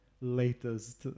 latest